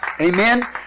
Amen